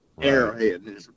arrowhead